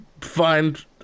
find